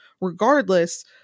regardless